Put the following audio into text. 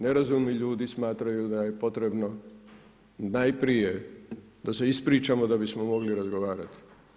Nerazumni ljudi smatraju da je potrebno najprije da se ispričamo da bismo mogli razgovarati.